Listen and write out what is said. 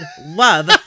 love